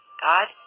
God